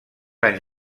anys